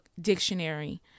dictionary